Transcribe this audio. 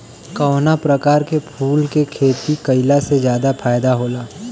कवना प्रकार के फूल के खेती कइला से ज्यादा फायदा होला?